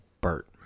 Bert